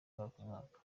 ngarukamwaka